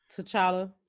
T'Challa